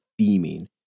theming